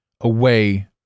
away